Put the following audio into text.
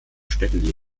städten